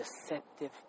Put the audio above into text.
deceptive